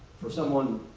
for someone